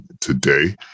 today